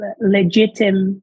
legitimate